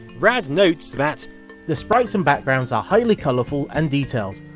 rad notes that the sprites and backgrounds are highly colourful and detailed,